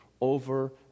over